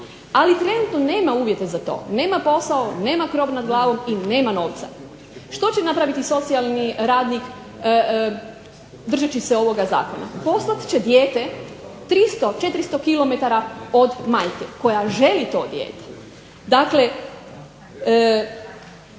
Ali, trenutno nema uvjete za to, nema posao, nema krov nad glavom i nema novca. Što će napraviti socijalni radnik držeći se ovoga zakona? Poslat će dijete 300, 400 km od majke koja želi to dijete.